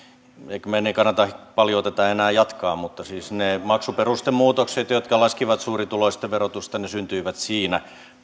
meidän ei kannata paljoa tätä enää jatkaa mutta siis ne maksuperustemuutokset jotka laskivat suurituloisten verotusta syntyivät siinä